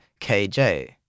KJ